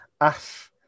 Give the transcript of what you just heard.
Ash